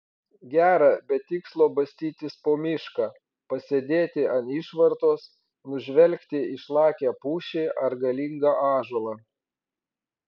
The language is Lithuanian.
gera be tikslo bastytis po mišką pasėdėti ant išvartos nužvelgti išlakią pušį ar galingą ąžuolą